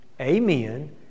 Amen